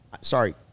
sorry